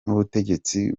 n’ubutegetsi